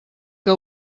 que